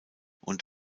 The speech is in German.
und